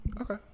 Okay